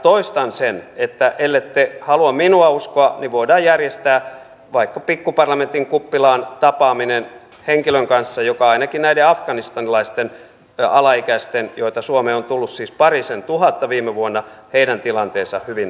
toistan sen että ellette halua minua uskoa niin voidaan järjestää vaikka pikkuparlamentin kuppilaan tapaaminen henkilön kanssa joka ainakin näiden afganistanilaisten alaikäisten joita suomeen on tullut siis parisentuhatta viime vuonna tilanteen hyvin tuntee